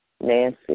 Nancy